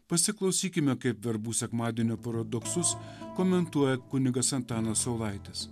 pasiklausykime kaip verbų sekmadienio paradoksus komentuoja kunigas antanas saulaitis